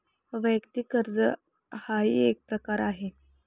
वैयक्तिक कर्ज हाही एक प्रकार आहे